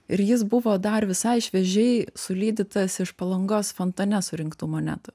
ir jis buvo dar visai šviežiai sulydytas iš palangos fontane surinktų monetų